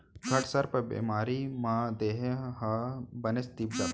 घटसर्प बेमारी म देहे ह बनेच तीप जाथे